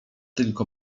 tylko